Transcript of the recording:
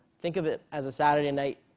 think of it as a saturday night.